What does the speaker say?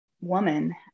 woman